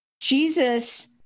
Jesus